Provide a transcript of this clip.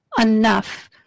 enough